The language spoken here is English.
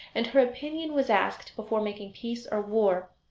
and her opinion was asked before making peace or war.